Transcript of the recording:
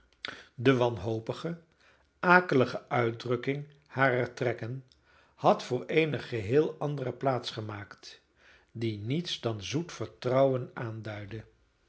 de wanhopige akelige uitdrukking harer trekken had voor eene geheel andere plaats gemaakt die niets dan zoet vertrouwen aanduidde